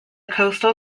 coastal